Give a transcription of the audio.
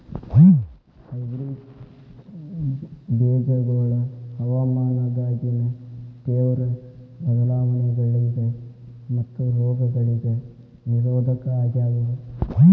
hybrid ಬೇಜಗೊಳ ಹವಾಮಾನದಾಗಿನ ತೇವ್ರ ಬದಲಾವಣೆಗಳಿಗ ಮತ್ತು ರೋಗಗಳಿಗ ನಿರೋಧಕ ಆಗ್ಯಾವ